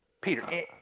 Peter